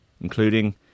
including